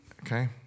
Okay